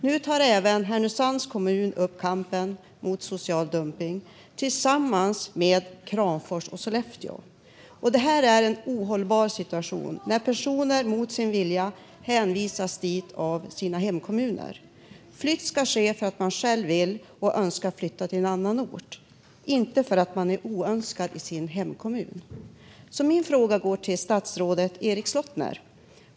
Nu tar även Härnösands kommun upp kampen mot social dumpning tillsammans med Kramfors och Sollefteå. Det är en ohållbar situation när personer mot sin vilja hänvisas till dessa kommuner av sina hemkommuner. Flytt ska ske för att man själv vill och önskar flytta till en annan ort - inte för att man är oönskad i sin hemkommun. Min fråga går till statsrådet Erik Slottner.